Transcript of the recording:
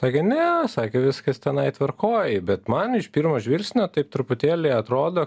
sakė ne sakė viskas tenai tvarkoj bet man iš pirmo žvilgsnio taip truputėlį atrodo